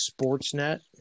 Sportsnet